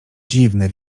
dziwne